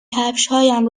کفشهایم